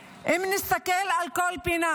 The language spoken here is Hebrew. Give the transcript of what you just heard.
אם נסתכל על כל פינה,